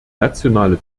nationale